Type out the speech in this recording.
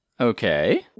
Okay